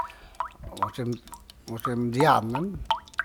Mosem, mosem dian kan.